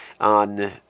on